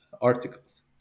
articles